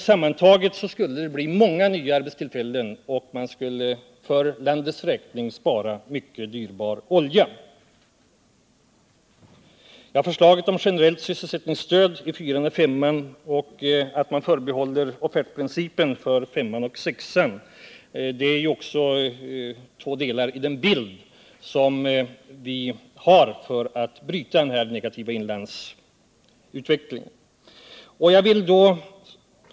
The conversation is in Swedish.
Sammantaget skulle det bli många nya arbetstillfällen, och man skulle för landets räkning spara mycket dyrbar olja. Förslaget om generellt sysselsättningsstöd i områdena 4 och 5, liksom förslaget att offertprincipen skall förbehållas områdena 5 och 6 är två delar av vår plan för att bryta den negativa inlandsutvecklingen.